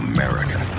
America